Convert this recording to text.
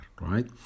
right